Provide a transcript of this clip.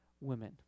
women